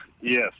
Yes